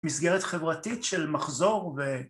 ‫מסגרת חברתית של מחזור ו...